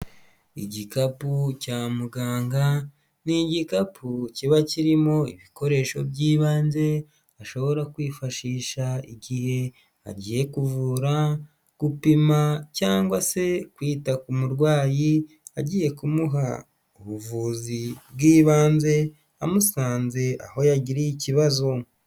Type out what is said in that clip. Igikapu cya muganga ni igikapu kiba kirimo ibikoresho by'ibanze ashobora kwifashisha igihe agiye kuvura, gupima cyangwa se kwita ku murwayi, agiye kumuha ubuvuzi bw'ibanze amusanze aho yagiriye ikibazo.